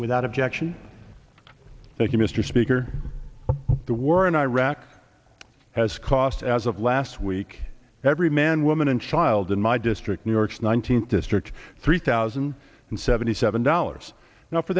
without objection thank you mr speaker the war in iraq has cost as of last week every man woman and child in my district new york's nineteenth district three thousand and seventy seven dollars now for